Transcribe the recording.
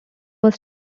was